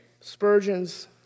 Spurgeon's